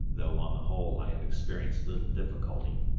though, on the whole, i have experienced little difficulty.